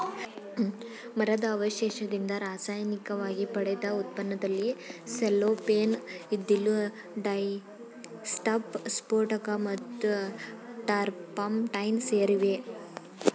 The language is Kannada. ಮರದ ಅವಶೇಷದಿಂದ ರಾಸಾಯನಿಕವಾಗಿ ಪಡೆದ ಉತ್ಪನ್ನದಲ್ಲಿ ಸೆಲ್ಲೋಫೇನ್ ಇದ್ದಿಲು ಡೈಸ್ಟಫ್ ಸ್ಫೋಟಕ ಮತ್ತು ಟರ್ಪಂಟೈನ್ ಸೇರಿವೆ